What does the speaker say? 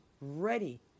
ready